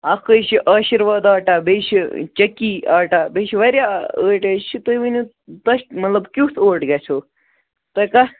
اَکھ حظ چھِ آشِرواد آٹا بیٚیہِ چھِ چٔکی آٹا بیٚیہِ چھُ واریاہ ٲٹۍ حظ چھِ تُہۍ ؤنِو تۄہہِ مطلب کیُتھ اوٹ گژھیو تۄہہِ کَتھ